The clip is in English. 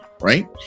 Right